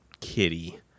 kitty